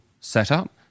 setup